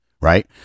right